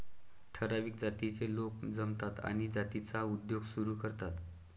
ठराविक जातीचे लोक जमतात आणि जातीचा उद्योग सुरू करतात